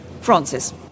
francis